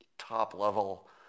top-level